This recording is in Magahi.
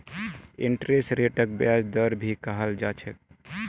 इंटरेस्ट रेटक ब्याज दर भी कहाल जा छे